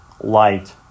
light